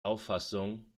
auffassung